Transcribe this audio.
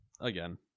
again